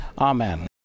Amen